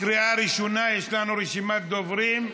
לקריאה ראשונה, יש לנו רשימת דוברים.